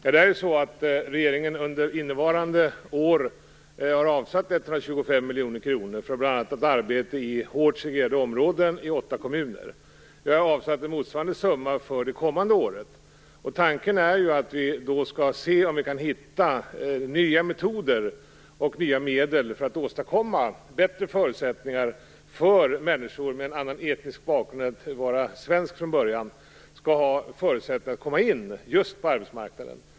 Fru talman! Regeringen har under innevarande år avsatt 125 miljoner kronor bl.a. för arbete i hårt segregerade områden i åtta kommuner. Vi har också avsatt en motsvarande summa för det kommande året. Tanken är att vi då skall se om vi kan hitta nya metoder och nya medel för att åstadkomma bättre förutsättningar för människor med en annan etnisk bakgrund än svensk från början att komma in på arbetsmarknaden.